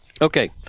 Okay